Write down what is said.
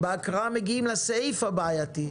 בהקראה נגיע לסעיף הבעייתי,